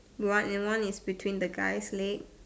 what and one is between the guy's legs